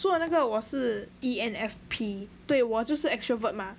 做那个我是 E_N_F_P 对我就是 extrovert mah